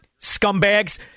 Scumbags